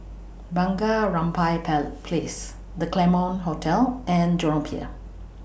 Bunga Rampai pair Place The Claremont Hotel and Jurong Pier